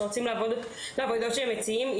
שרוצים לעבוד בעבודה שהם מציעים,